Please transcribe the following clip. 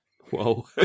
Whoa